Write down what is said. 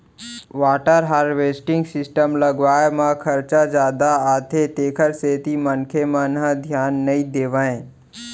water harvesting system लगवाए म खरचा जादा आथे तेखर सेती मनखे मन ह धियान नइ देवय